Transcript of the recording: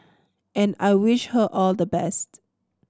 and I wish her all the best